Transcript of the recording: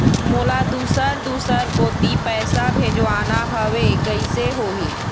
मोला दुसर दूसर कोती पैसा भेजवाना हवे, कइसे होही?